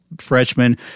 freshman